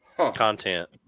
Content